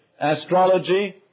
astrology